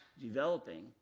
developing